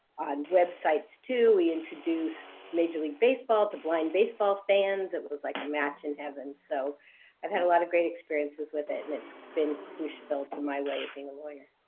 on websites, too. we introduced major league baseball to blind baseball fans. it was like a match in heaven. so i've had a lot of great experiences with it, and it's been crucial to my way of being a lawyer.